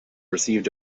received